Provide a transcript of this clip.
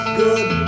good